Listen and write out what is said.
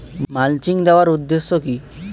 Mulching দেওয়ার উদ্দেশ্য কি?